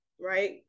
right